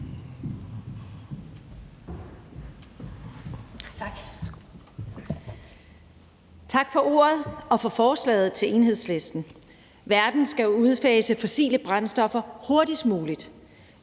Tak for ordet, og tak til Enhedslisten for forslaget. Verden skal udfase fossile brændstoffer hurtigst muligt,